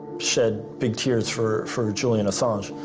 shed big tears for for julian assange.